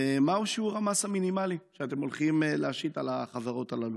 2. מהו שיעור המס המינימלי שאתם הולכים להשית על החברות הללו?